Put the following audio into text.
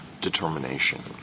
determination